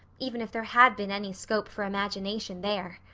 even if there had been any scope for imagination there.